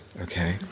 Okay